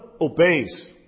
obeys